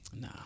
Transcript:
Nah